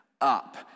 up